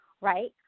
right